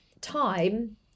time